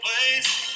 Place